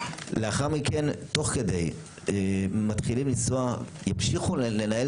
לאחר מכן תוך כדי מתחילים לנסוע ימשיכו לנהל